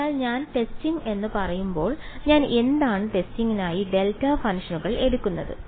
അതിനാൽ ഞാൻ ടെസ്റ്റിംഗ് എന്ന് പറയുമ്പോൾ ഞാൻ എന്താണ് ടെസ്റ്റിംഗിനായി ഡെൽറ്റ ഫംഗ്ഷനുകൾ എടുക്കുന്നത്